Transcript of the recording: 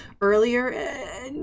earlier